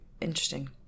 interesting